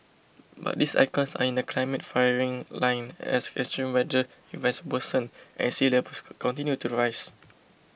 but these icons are in the climate firing line as extreme weather events worsen and sea levels continue to rise